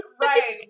Right